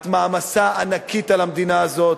את מעמסה ענקית על המדינה הזאת,